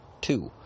Two